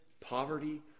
poverty